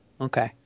Okay